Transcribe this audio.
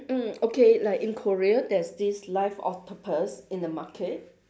mm okay like in Korea there's this live octopus in the market